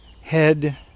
head